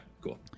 cool